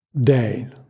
day